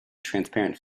transparent